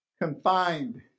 confined